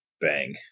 Bang